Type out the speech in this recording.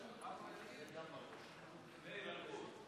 אדוני היושב-ראש,